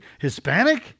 Hispanic